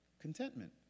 Contentment